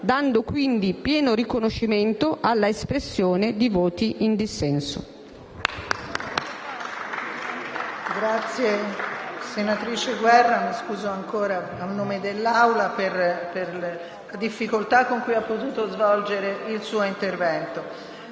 dando quindi pieno riconoscimento all'espressione di voti in dissenso.